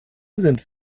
sind